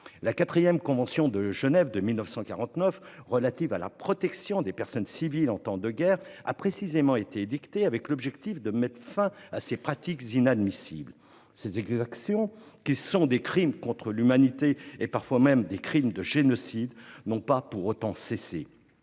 La quatrième convention de Genève de 1949 relative à la protection des personnes civiles en temps de guerre a précisément été édictée dans le but de mettre fin à ces pratiques inadmissibles. Ces exactions, qui sont des crimes contre l'humanité et parfois même des crimes de génocide, n'ont pas pour autant cessé